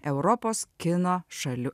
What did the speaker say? europos kino šalių